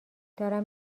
دارم